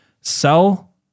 sell